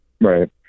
Right